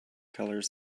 colors